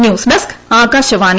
news desk Akashvani